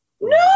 No